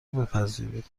بپذیرید